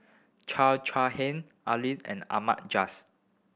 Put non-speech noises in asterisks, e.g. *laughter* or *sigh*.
*unintelligible* Chai Hiang Ali and Ahmad Jais